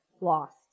lost